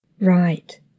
Right